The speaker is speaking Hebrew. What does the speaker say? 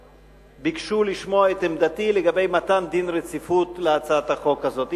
וביקשו לשמוע את עמדתי לגבי מתן דין רציפות להצעת החוק הזאת.